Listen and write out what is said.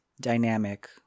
dynamic